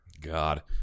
God